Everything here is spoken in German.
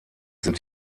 sind